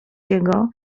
jego